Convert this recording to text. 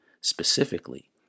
Specifically